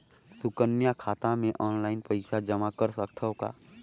सुकन्या खाता मे ऑनलाइन पईसा जमा कर सकथव का?